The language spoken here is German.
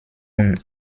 und